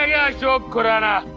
um yeah ashok khurana